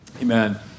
Amen